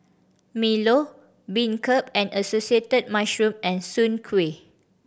milo beancurd with mushrooms and Soon Kuih